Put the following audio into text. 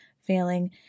failing